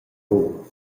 buc